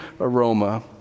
aroma